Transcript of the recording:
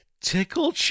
Tickle